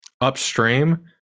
upstream